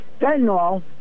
Fentanyl